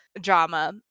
drama